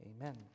Amen